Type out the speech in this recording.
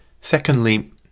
Secondly